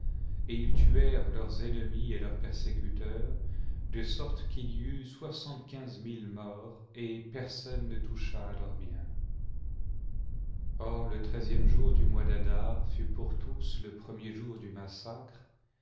et ils tuèrent leurs ennemis et leui-s persécuteurs de sorte qu'il y eut soixante-quinze mille morts et personne ne toucha à leur bien or le treizième jour du mois d'adar fut pour tous le premier du massacre